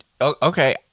okay